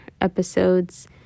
episodes